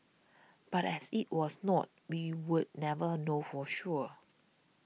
but as it was not we will never know for sure